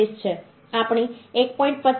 25 છેઆપણે 1